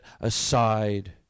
aside